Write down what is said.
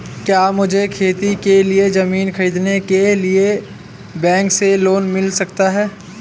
क्या मुझे खेती के लिए ज़मीन खरीदने के लिए बैंक से लोन मिल सकता है?